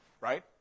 right